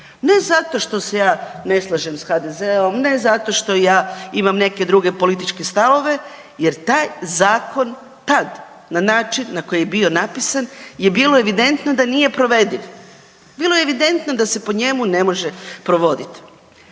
ne zato što se ja ne slažem s HDZ-om, ne zato što ja imam neke druge političke stavove, jer taj Zakon tad, na način na koji je bio napisan je bilo evidentno da nije provediv, bilo je evidentno da se po njemu ne može provodit.